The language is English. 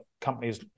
companies